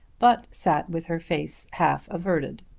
but sat with her face half averted.